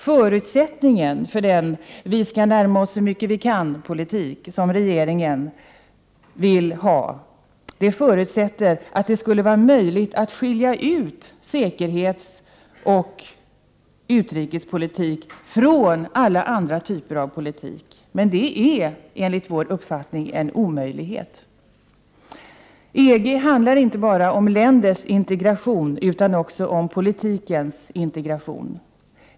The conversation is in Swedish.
Förutsättningen för den ”vi-ska-närma-oss-så-mycket-vi-kan-politik”, som regeringen vill ha, är att det är möjligt att skilja ut säkerhetsoch utrikespolitik från alla andra typer av politik. Men det är enligt vår uppfattning en omöjlighet. EG handlar inte bara om länders integration utan också om politikens integration.